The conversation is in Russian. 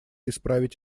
исправить